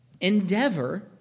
endeavor